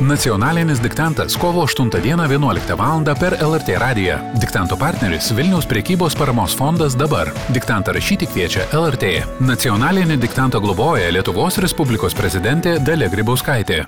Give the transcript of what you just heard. nacionalinis diktantas kovo aštuntą dieną vienuoliktą valandą per lrt radiją diktanto partneris vilniaus prekybos paramos fondas dabar diktantą rašyti kviečia lrt nacionalinį diktantą globoja lietuvos respublikos prezidentė dalia grybauskaitė